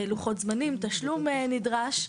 לוחות זמנים, תשלום נדרש.